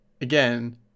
again